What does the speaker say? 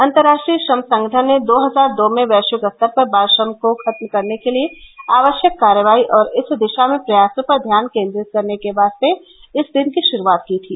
अंतर्राष्ट्रीय श्रम संगठन ने दो हजार दो में वैश्विक स्तर पर बाल श्रम को खत्म करने के लिए आवश्यक कार्रवाई और इस दिशा में प्रयासों पर ध्यान केंद्रित करने के वास्ते इस दिन की शुरुआत की थी